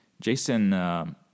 Jason